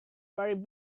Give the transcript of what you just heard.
wearing